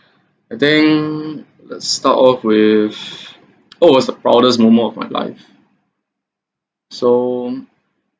I think let's start off with what was the proudest moment of my life so